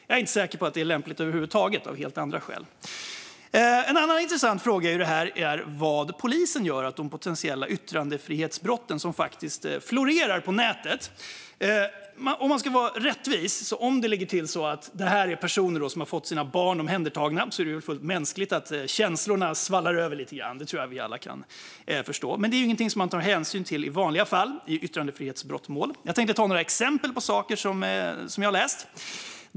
Jag är inte säker på att det är lämpligt över huvud taget, av helt andra skäl. En annan intressant fråga i detta är vad polisen gör åt de potentiella yttrandefrihetsbrott som florerar på nätet. Om man ska vara rättvis kan man konstatera att detta är personer som har fått sina barn omhändertagna och att det är fullt mänskligt att känslorna svallar över lite grann. Det tror jag att vi alla kan förstå. Men det är ingenting man tar hänsyn till i yttrandefrihetsbrottmål i vanliga fall. Jag tänkte ta några exempel på saker jag har läst.